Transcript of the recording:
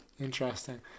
Interesting